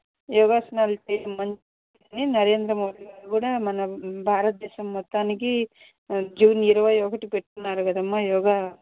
యోగాసనాలు చేయడం మంచిది అని నరేంద్రమోదీ గారు కూడా మన భారతదేశం మొత్తానికి జూన్ ఇరవై ఒకటి పెట్టినారు కదమ్మ యోగ